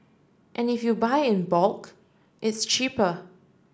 and if you buy in bulk it's cheaper